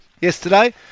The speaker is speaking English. yesterday